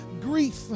grief